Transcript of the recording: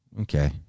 okay